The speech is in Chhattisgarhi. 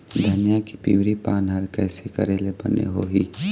धनिया के पिवरी पान हर कइसे करेले बने होही?